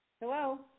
Hello